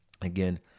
again